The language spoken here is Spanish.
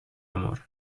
amor